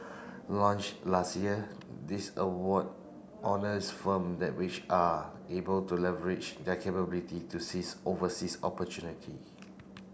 launch last year this award honours firm that which are able to leverage their capability to seize overseas opportunity